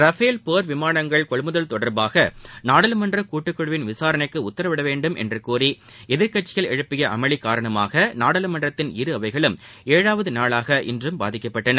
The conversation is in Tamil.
ரஃபேல் போர் விமானங்கள் கொள்முதல் தொடர்பாக நாடாளுமன்றக் கூட்டுக்குழு விசாரணைக்கு உத்தரவிடவேண்டும் என்று கோரி எதிர்க்கட்சிகள் எழுப்பிய அமளி காரணமாக நாடாளுமன்றத்தின் இருஅவைகளும் ஏழாம் நாளாக இன்றும் பாதிக்கப்பட்டது